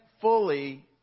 fully